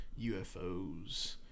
UFOs